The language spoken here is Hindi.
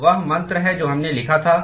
तो वह मंत्र है जो हमने लिखा था